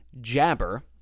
jabber